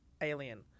Alien